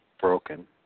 broken